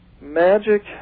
magic